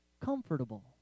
comfortable